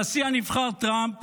הנשיא הנבחר טראמפ